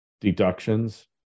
deductions